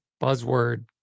buzzword